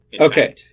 Okay